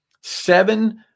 seven